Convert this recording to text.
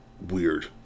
weird